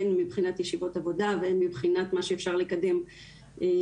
הן מבחינת ישיבות עבודה והן מבחינת מה שאפשר כן לקדם בדרך